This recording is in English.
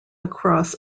across